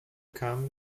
come